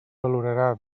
valorarà